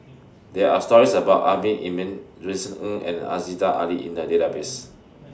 There Are stories about Amrin Amin Vincent Ng and Aziza Ali in The Database